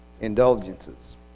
indulgences